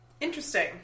Interesting